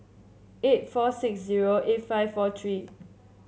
eight four six zero eight five four three